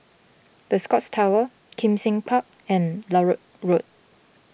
the Scotts Tower Kim Seng Park and Larut Road